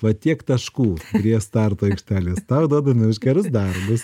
va tiek taškų prie starto aikštelės tau duodame už gerus darbus